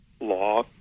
law